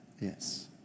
Yes